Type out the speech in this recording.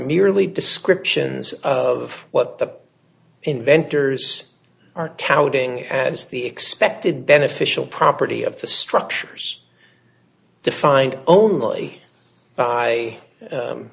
merely descriptions of what the inventors are touting as the expected beneficial property of the structures defined only by